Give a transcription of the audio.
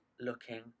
looking